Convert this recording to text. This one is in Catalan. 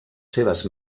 seves